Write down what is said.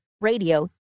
radio